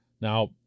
now